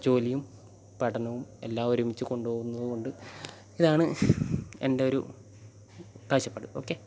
ജോലിയും പഠനവും എല്ലാം ഒരുമിച്ച് കൊണ്ട് പോകുന്നത് കൊണ്ട് ഇതാണ് എൻ്റെ ഒരു കാഴ്ചപ്പാട് ഓക്കേ